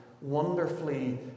wonderfully